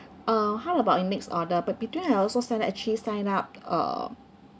uh how about in next order but between I also sign that actually sign up uh